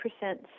percent